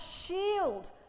shield